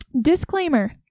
Disclaimer